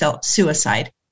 suicide